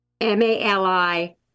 M-A-L-I